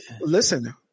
Listen